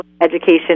education